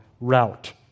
route